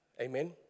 Amen